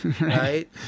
right